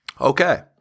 Okay